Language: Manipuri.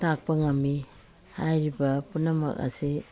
ꯇꯥꯛꯄ ꯉꯝꯃꯤ ꯍꯥꯏꯔꯤꯕ ꯄꯨꯝꯅꯃꯛ ꯑꯁꯤ